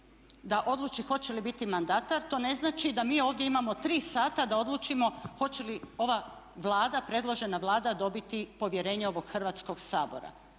da odluči hoće li biti mandatar to ne znači da mi ovdje imamo 3 sata da odlučimo hoće li ova predložena Vlada dobiti povjerenje ovog Hrvatskog sabora.